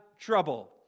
trouble